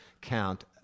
count